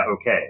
okay